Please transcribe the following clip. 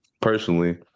Personally